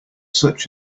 such